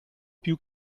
più